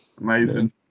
Amazing